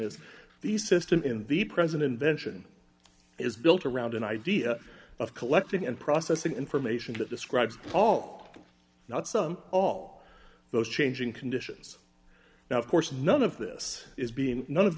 is the system in the president vention is built around an idea of collecting and processing information that describes all not some all those changing conditions now of course none of this is being none of